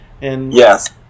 Yes